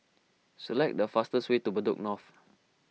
select the fastest way to Bedok North